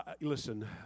listen